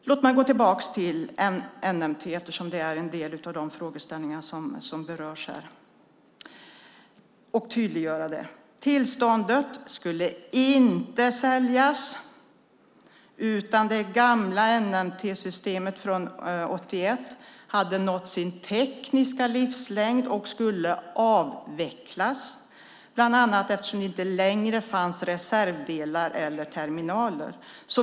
Låt mig gå tillbaka till NMT och tydliggöra det eftersom en del av de frågeställningarna berörs här. Tillståndet skulle inte säljas. Det gamla NMT-systemet från 1981 hade nått sin tekniska livslängd och skulle avvecklas, bland annat eftersom det inte längre fanns reservdelar eller terminaler.